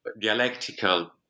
dialectical